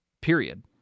period